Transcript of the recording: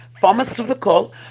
pharmaceutical